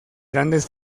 grandes